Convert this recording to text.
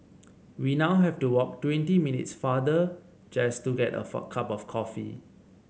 we now have to walk twenty minutes farther just to get of a cup of coffee